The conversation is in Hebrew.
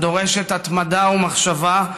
הדורשת התמדה ומחשבה,